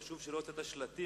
חשוב שלא תראה שלטים,